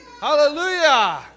Hallelujah